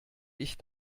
ich